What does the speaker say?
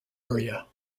area